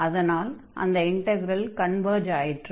அதனால் அந்த integral converge ஆயிற்று